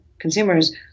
consumers